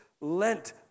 Lent